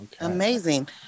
Amazing